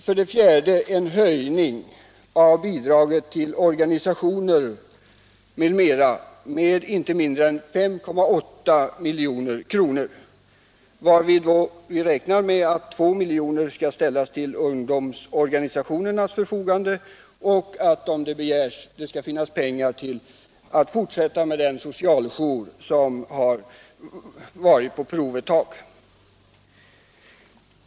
För det fjärde vill vi ha en höjning av bidraget till organisationer m.m. med inte mindre än 5,8 milj.kr., varvid vi räknar med att 2 milj.kr. skall ställas till ungdomsorganisationernas förfogande. Om så begärs skall det finnas pengar för en fortsättning av den socialjour som har fungerat på prov ett tag.